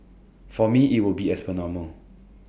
for me IT will be as per normal